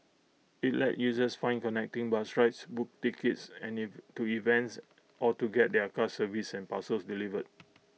IT lets users find connecting bus rides book tickets and to events or get their cars serviced and parcels delivered